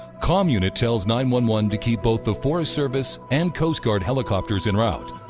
comm unit tells nine one one to keep both the forest service and coast guard helicopters en route.